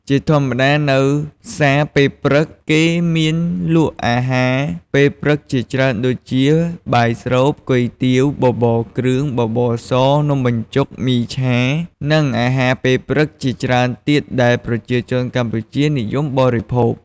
ជាធម្មតានៅផ្សារពេលព្រឹក គេមានលក់អាហារពេលព្រឹកជាច្រើនដូចជា បាយស្រូប គុយទាវ បបរគ្រឿង បបរស នំបញ្ចុក មីឆា និងអាហារពេលព្រឹកជាច្រើនទៀតដែលប្រជាជនកម្ពុជានិយមបរិភោគ។